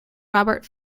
robert